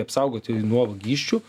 apsaugoti nuo vagysčių